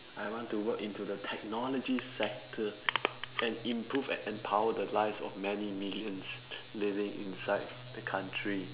I want to work into the technology sector and improve and empower the lives of many millions living inside the country